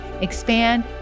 expand